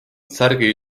särgi